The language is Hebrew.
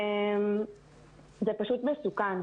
זה פשוט מסוכן.